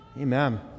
Amen